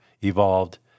evolved